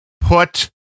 put